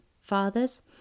fathers